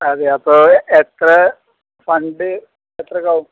അതെ അപ്പോള് എത്ര ഫണ്ട് എത്രയൊക്കെയാകും